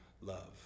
love